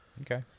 Okay